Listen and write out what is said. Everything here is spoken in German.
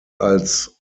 als